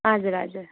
हजुर हजुर